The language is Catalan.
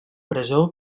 presó